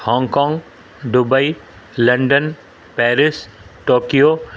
Hong Kong Dubai London Paris Tokyo